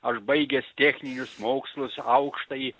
aš baigęs techninius mokslus aukštąjį